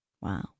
Wow